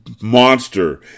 Monster